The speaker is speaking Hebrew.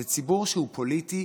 זה ציבור שהוא פוליטי